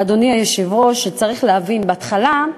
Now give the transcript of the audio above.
אדוני היושב-ראש, שצריך להבין, בהתחלה,